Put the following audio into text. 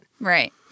Right